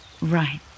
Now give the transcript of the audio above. Right